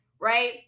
right